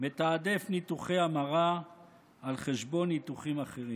מתעדף ניתוחי המרה על חשבון ניתוחים אחרים.